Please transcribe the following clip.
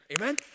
amen